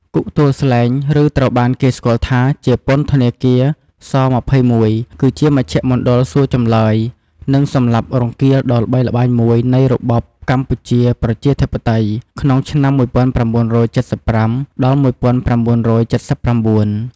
គុកទួលស្លែង ឬត្រូវបានគេស្គាល់ថាជាពន្ធធនាគារ ស-២១ គឺជាមណ្ឌលសួរចម្លើយ និងសម្លាប់រង្គាលដ៏ល្បីល្បាញមួយនៃរបបកម្ពុជាប្រជាធិបតេយ្យ ក្នុងឆ្នាំ១៩៧៥ ដល់ ១៩៧៩។